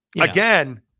again